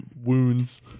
wounds